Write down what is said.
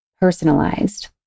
personalized